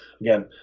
again